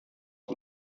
die